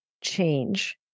change